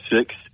six